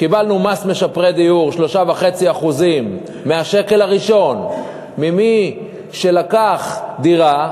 קיבלנו מס משפרי דיור 3.5% מהשקל הראשון ממי שמכר דירה,